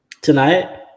tonight